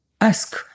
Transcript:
ask